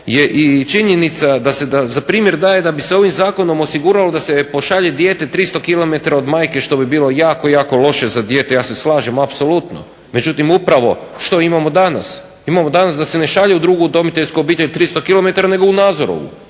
i činjenica da se za primjer daje da bi s ovim zakonom osiguralo da se pošalje dijete 300 km od majke što bi bilo jako, jako loše za dijete, ja se slažem apsolutno. Međutim upravo što imamo danas, imamo danas da se ne šalje u drugu udomiteljsku obitelj 300 km nego u Nazorovu,